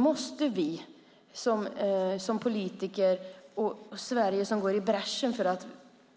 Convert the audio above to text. Men för att vi